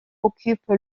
occupe